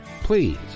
Please